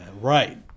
right